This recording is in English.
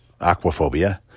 aquaphobia